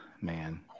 man